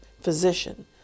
physician